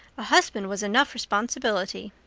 a husband was enough responsibility.